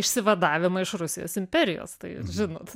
išsivadavimą iš rusijos imperijos tai žinot